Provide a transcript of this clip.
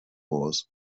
laws